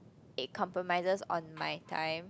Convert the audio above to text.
it compromises on my time